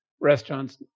restaurants